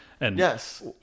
Yes